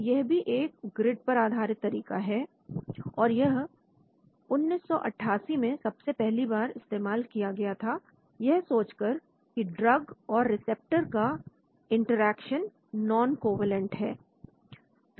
तो यह भी एक ग्रिड पर आधारित तरीका है और यह 1988 में सबसे पहली बार इस्तेमाल किया गया था यह सोच कर कि ड्रग और रिसेप्टर का इंटरेक्शन नॉन कोवैलेंट है